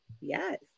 yes